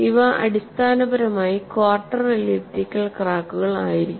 ഇവ അടിസ്ഥാനപരമായി quarter elliptical ക്രാക്കുകൾ ആയിരിക്കും